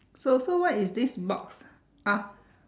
so so what is this box ah